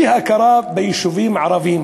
אי-הכרה ביישובים הערביים